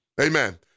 amen